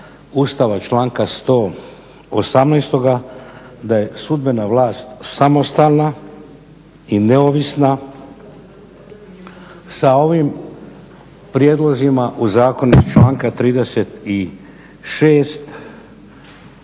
Ustava članka 118. da je sudbena vlast samostalna i neovisna, sa ovim prijedlozima u zakonu članka 36.